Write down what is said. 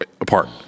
apart